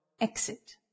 Exit